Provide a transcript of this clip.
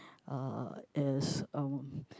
uh is uh